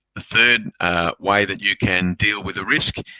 the third way that you can deal with a risk,